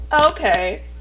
okay